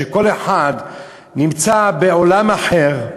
שכל אחד נמצא בעולם אחר,